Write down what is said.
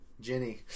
Jenny